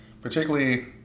Particularly